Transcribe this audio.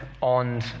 on